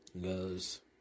Goes